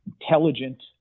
intelligent